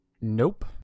nope